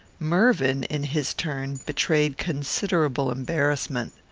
mervyn, in his turn, betrayed considerable embarrassment.